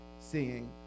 seeing